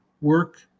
Work